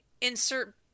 insert